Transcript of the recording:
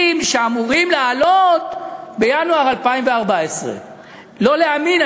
שהיו אמורים לעלות בינואר 2014. לא להאמין.